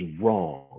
wrong